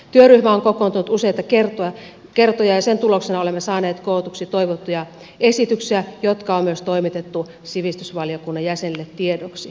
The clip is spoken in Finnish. työryhmä on kokoontunut useita kertoja ja sen tuloksena olemme saaneet kootuksi toivottuja esityksiä jotka on myös toimitettu sivistysvaliokunnan jäsenille tiedoksi